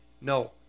No